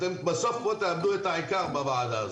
בסוף תאבדו את העיקר בוועדה.